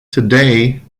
today